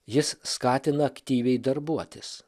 jis skatina aktyviai darbuotis